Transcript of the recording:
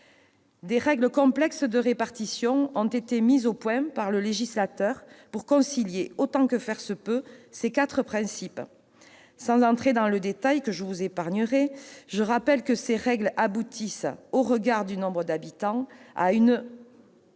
Des règles complexes de répartition ont été mises au point par le législateur pour concilier, autant que faire se peut, ces quatre principes. Sans entrer dans le détail, je rappellerai que ces règles aboutissent, au regard du nombre d'habitants, à une